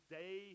day